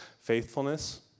faithfulness